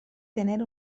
tener